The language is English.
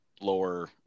lower